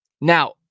Now